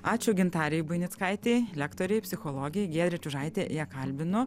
ačiū gintarei buinickaitei lektorei psichologei giedrė čiužaitė ją kalbino